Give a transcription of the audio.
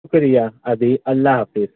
شکریہ ابھی اللہ حافظ